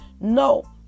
no